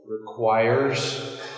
requires